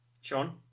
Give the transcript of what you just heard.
Sean